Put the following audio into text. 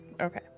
okay